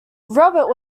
robert